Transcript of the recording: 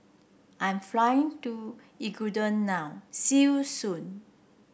I'm flying to Ecuador now see you soon